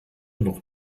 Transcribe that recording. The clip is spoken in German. noch